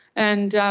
and